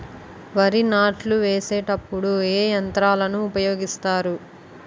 వరి నాట్లు వేసేటప్పుడు ఏ యంత్రాలను ఉపయోగిస్తారు?